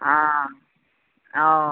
আ ও